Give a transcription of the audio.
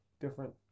different